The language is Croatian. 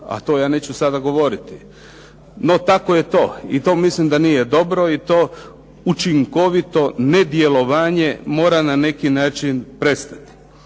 a to ja neću sada govoriti. No tako je to. I to mislim da nije dobro i to učinkovito nedjelovanje mora na neki način prestati.